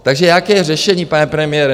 Takže jaké řešení, pane premiére?